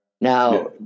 Now